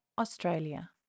Australia